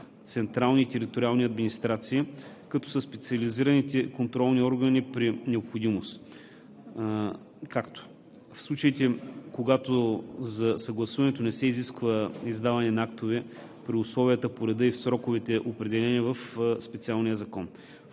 централни и териториални администрации, както и със специализираните контролни органи при необходимост – в случаите, когато за съгласуването не се изисква издаване на актове при условията, по реда и в сроковете, определени в специален закон.